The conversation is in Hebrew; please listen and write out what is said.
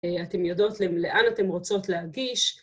אתם יודעות לאן אתן רוצות להגיש.